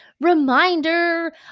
reminder